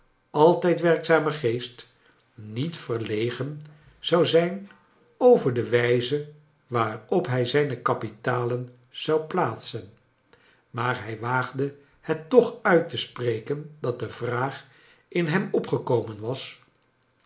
altijd werkzamen geest niet verlegen zou zijn over de wijze waarop hij zijne kapitalen zou plaatsen maar hij waagde het toch uit te spreken dat de vraag in hem opgekomen was